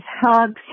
Hugs